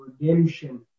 redemption